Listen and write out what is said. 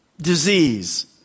disease